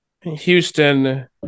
Houston